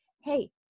Hey